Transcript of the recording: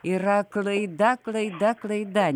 yra klaida klaida klaida